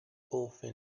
often